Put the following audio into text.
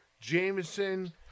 Jameson